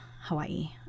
Hawaii